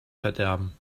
verderben